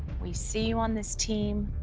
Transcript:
we see you on this team.